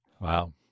Wow